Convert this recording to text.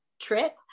trip